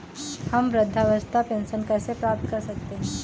हम वृद्धावस्था पेंशन कैसे प्राप्त कर सकते हैं?